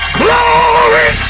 glory